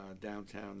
downtown